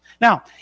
Now